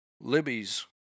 Libby's